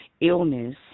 illness